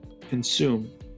consume